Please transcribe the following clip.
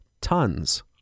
Tons